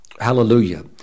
Hallelujah